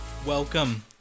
Welcome